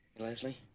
leslie